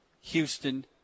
houston